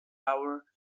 hour